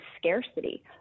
scarcity